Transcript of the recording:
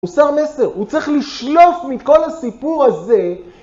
הוא שר מסר, הוא צריך לשלוף מכל הסיפור הזה.